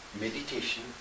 meditation